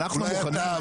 אולי אתה,